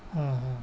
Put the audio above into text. ہاں ہاں